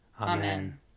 Amen